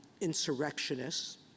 insurrectionists